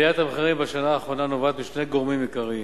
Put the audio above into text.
עליית המחירים בשנה האחרונה נובעת משני גורמים עיקריים: